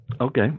Okay